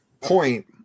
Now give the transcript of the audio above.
point